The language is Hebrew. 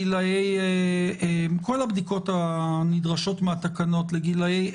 כל עוד לא נבנה מודל אחר זה יהיה נכון לכל יתר השינויים הדינמיים.